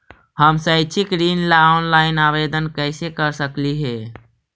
हम शैक्षिक ऋण ला ऑनलाइन आवेदन कैसे कर सकली हे?